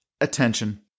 Attention